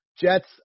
Jets